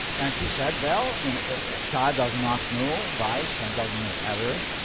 and he said, well and a child does not know vice and doesn't know error.